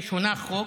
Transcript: הונח חוק: